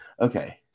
okay